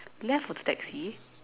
left of the taxi